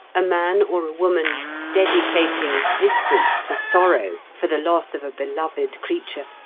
a man or a woman dedicating existence to sorrow for the loss of a beloved creature,